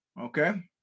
Okay